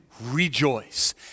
rejoice